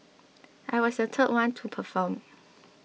I was the third one to perform